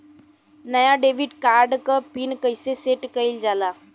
नया debit card क pin कईसे सेट कईल जाला?